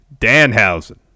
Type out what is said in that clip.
Danhausen